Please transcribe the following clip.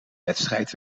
wedstrijd